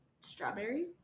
Strawberry